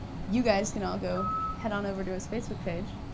you guys can all go head on over to his facebook page,